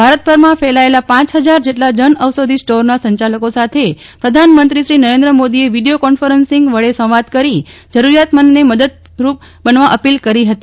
ભારતભરમાં ફેલાયેલા પાંચ હજાર જેટલા જનઔષધિ સ્ટોરના સંચાલકો સાથે પ્રધાનમંત્રી નરેન્દ્ર મોદીએ વિડીયો કોન્ફરન્સીંગ વડે સંવાદ કરી જરૂરીયાતમંદને મદદરૂપ બનવા અપીલ કરી હતી